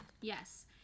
Yes